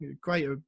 great